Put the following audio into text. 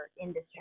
industry